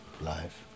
life